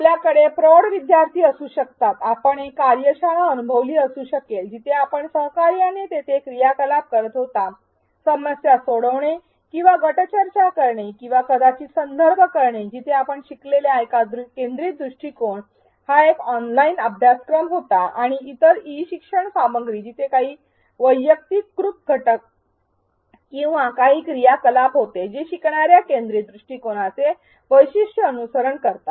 आपल्याकडे प्रौढ विद्यार्थी असू शकतात आपण एक कार्यशाळा अनुभवली असू शकेल जिथे आपण सहकार्याने तेथे क्रियाकलाप करत होता समस्या सोडवणे किंवा गट चर्चा करणे किंवा कदाचित संदर्भ करणे जिथे आपण शिकलेला एक केंद्रीत दृष्टीकोन हा एक ऑनलाइन अभ्यासक्रम होता किंवा इतर ई शिक्षण सामग्री जिथे काही वैयक्तिकृत घटक किंवा काही क्रियाकलाप होते जे शिकणार्या केंद्रीत दृष्टिकोनाचे वैशिष्ट्य अनुसरण करतात